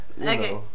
Okay